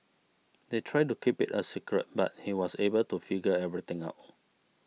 they tried to keep it a secret but he was able to figure everything out